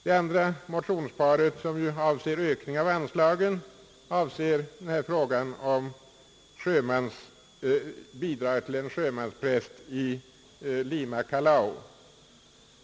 Det andra motionsparet, som går ut på en ökning av anslaget, avser bidrag till en sjömanspräst i Lima-Callao.